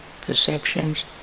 perceptions